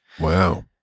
Wow